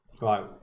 Right